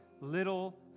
little